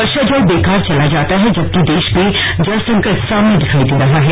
वर्षा जल बेकार चला जाता है जबकि देश में जल संकट सामने दिखाई दे रहा है